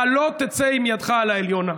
אתה לא תצא כשידך על העליונה,